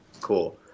cool